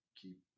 keep